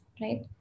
Right